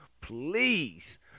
Please